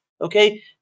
okay